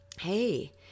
Hey